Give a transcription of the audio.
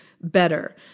better